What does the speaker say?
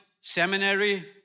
seminary